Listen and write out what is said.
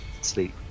sleep